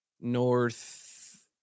North